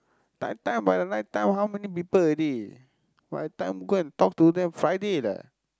night time by the night time how many people already by the time go and talk to them Friday lah